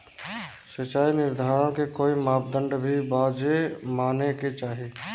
सिचाई निर्धारण के कोई मापदंड भी बा जे माने के चाही?